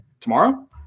tomorrow